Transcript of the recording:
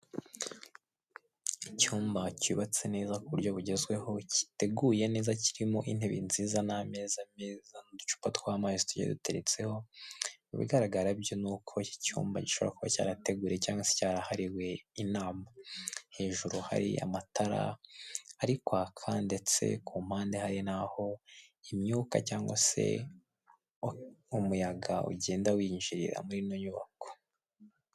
Inzu nziza yo gukodesha iherereye i Kigali ahitwa Kabeza. Ni inzu yubatse ifite amabara meza y'amarangi ndetse n'amabati, ikaba ifite ahantu hisanzuye kuburyo wabona n'aho ushyira parikingi y'imodoka cyangwa se moto.